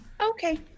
okay